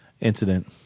incident